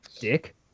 Dick